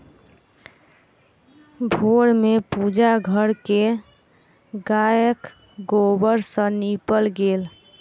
भोर में पूजा घर के गायक गोबर सॅ नीपल गेल